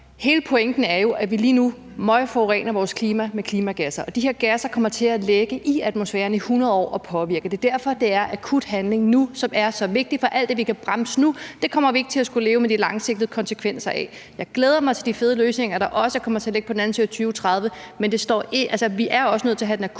hele pointen jo er, at vi lige nu møgforurener vores klima med klimagasser. De har gasser kommer til at ligge i atmosfæren i 100 år og påvirke. Det er derfor, det er akut handling nu, som er så vigtigt, for alt det, vi kan bremse nu, kommer vi ikke til at skulle leve med de langsigtede konsekvenser af. Jeg glæder mig til de fede løsninger, der også kommer til at ligge på den anden side af 2030, men vi er også nødt til at have akut